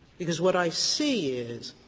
because what i see is